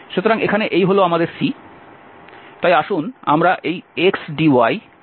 সুতরাং এখানে এই হল আমাদের C তাই আসুন আমরা এই xdy ydx এর সমাকলন করি